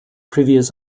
previous